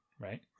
Right